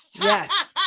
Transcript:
Yes